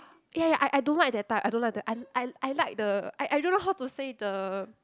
ya ya I I don't like that type I don't like the I I I like the I I don't know how to say the